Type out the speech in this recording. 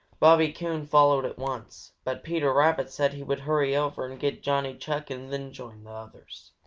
bobby coon followed at once, but peter rabbit said he would hurry over and get johnny chuck and then join the others.